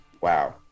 Wow